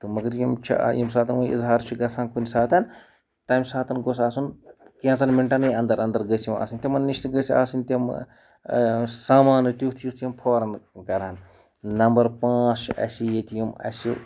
تہٕ مگر یِم چھِ ییٚمہِ ساتہٕ وۄنۍ اظہار چھُ گژھان کُنہِ ساتہٕ تَمہِ ساتہٕ گوٚژھ آسُن کینٛژَن مِنٹَنٕے اندر اندر گٔژھۍ یِم آسٕنۍ تِمَن ںِش گٔژھۍ آسٕنۍ تِم سامانہٕ تیُتھ یُتھ یِم فوراً کَرٕ ہَن نمبر پانٛژھ چھِ اَسہِ ییٚتہِ یِم اَسہِ